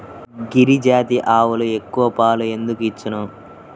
గిరిజాతి ఆవులు ఎక్కువ పాలు ఎందుకు ఇచ్చును?